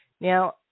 Now